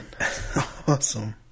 awesome